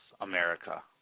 America